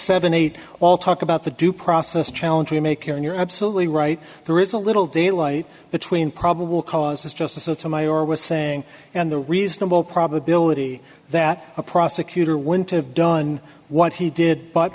seven eight all talk about the due process challenge you make here and you're absolutely right there is a little daylight between probable cause as justice sotomayor was saying and the reasonable probability that a prosecutor went to have done what he did but